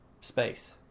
space